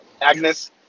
Agnes